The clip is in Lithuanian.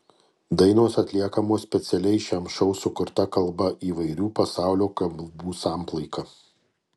dainos atliekamos specialiai šiam šou sukurta kalba įvairių pasaulio kalbų samplaika